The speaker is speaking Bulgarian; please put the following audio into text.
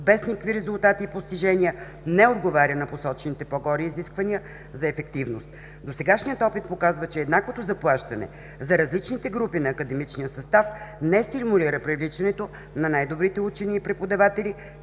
без никакви резултати и постижения, не отговаря на посочените по-горе изисквания за ефективност. Досегашният опит показва, че еднаквото заплащане за различните групи на академичния състав не стимулира привличането на най-добрите учени и преподаватели,